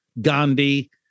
Gandhi